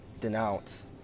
denounce